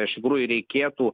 iš tikrųjų reikėtų